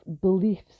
beliefs